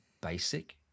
basic